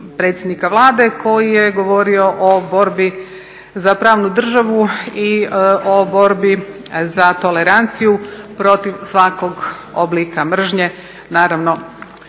predsjednika Vlade koji je govorio o borbi za pravnu državu i o borbi za toleranciju protiv svakog oblika mržnje.